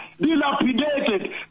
dilapidated